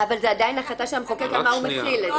אבל זה עדיין החלטה של המחוקק על מה הוא מטיל את זה.